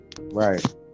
right